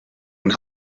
und